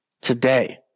Today